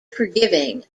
forgiving